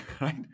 Right